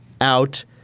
out